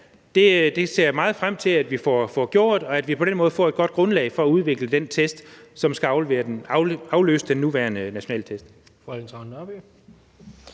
ser jeg meget frem til vi får gjort, og at vi på den måde får et godt grundlag for at udvikle den test, som skal afløse den nuværende nationale test.